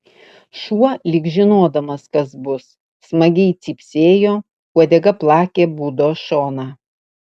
šuo lyg žinodamas kas bus smagiai cypsėjo uodega plakė būdos šoną